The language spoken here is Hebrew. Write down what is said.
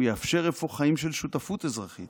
הוא יאפשר אפוא חיים של שותפות אזרחית